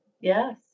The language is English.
Yes